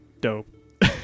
Dope